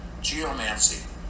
Geomancy